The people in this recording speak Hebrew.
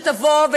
שתבוא,